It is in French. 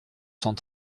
cent